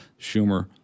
Schumer